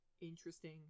interesting